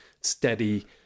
steady